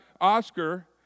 Oscar